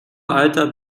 alter